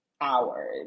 hours